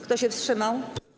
Kto się wstrzymał?